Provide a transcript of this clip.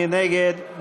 מי נגד?